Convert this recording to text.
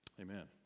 Amen